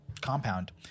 compound